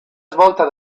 svolta